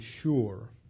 sure